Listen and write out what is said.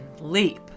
leap